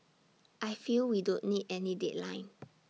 I feel we don't need any deadline